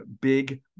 Big